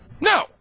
No